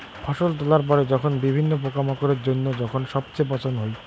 ফসল তোলার পরে যখন বিভিন্ন পোকামাকড়ের জইন্য যখন সবচেয়ে পচন হই